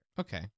okay